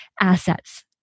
assets